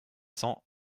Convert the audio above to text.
cents